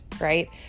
Right